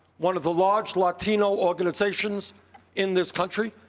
one of the large latino organizations in this country.